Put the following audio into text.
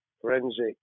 forensic